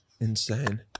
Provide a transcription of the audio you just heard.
Insane